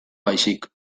baizik